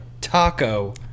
taco